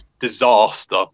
disaster